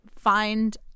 find